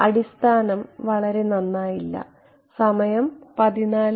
അതെ